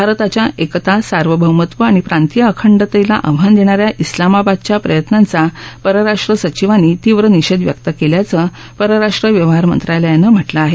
भारताच्या एकता सार्वभौमत्व आणि प्रांतीय अखंडतेला आव्हान देणा या िलामाबादच्या प्रयत्नांचा परराष्ट्र सचिवांनी तीव्र निषेध व्यक्त केल्याचं परराष्ट्र व्यवहार मंत्रालयानं म्हटलं आहे